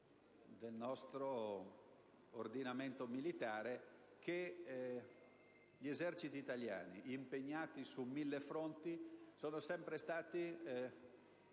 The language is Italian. Grazie,